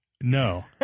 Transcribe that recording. No